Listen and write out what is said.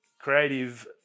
creative